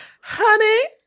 Honey